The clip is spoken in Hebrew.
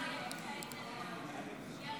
אם כך,